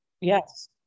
Yes